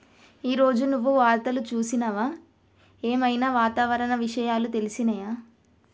ఈ రోజు నువ్వు వార్తలు చూసినవా? ఏం ఐనా వాతావరణ విషయాలు తెలిసినయా?